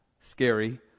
scary